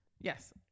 Yes